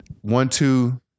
one-two